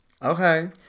Okay